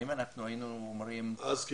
האם אנחנו היינו אומרים --- אז כן,